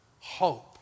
hope